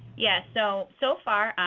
yes, so so far,